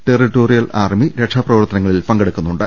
territorial army രക്ഷാപ്രവർത്തനങ്ങ ളിൽ പങ്കെടുക്കുന്നുണ്ട്